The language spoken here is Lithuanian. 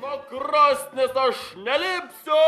nuo krosnies aš nelipsiu